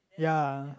yea